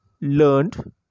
learned